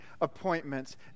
appointments